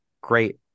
great